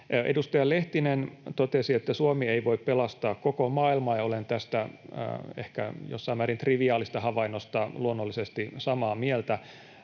Edustaja Lehtinen totesi, että Suomi ei voi pelastaa koko maailmaa, ja olen tästä ehkä jossain määrin triviaalista havainnosta luonnollisesti samaa mieltä.